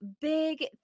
big